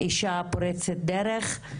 אישה פורצת דרך.